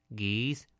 geese